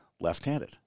left-handed